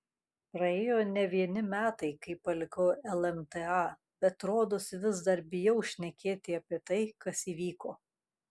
praėjo ne vieni metai kai palikau lmta bet rodosi vis dar bijau šnekėti apie tai kas įvyko